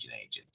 agents